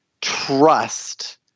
trust